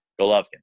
Golovkin